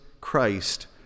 Christ